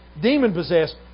demon-possessed